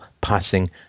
passing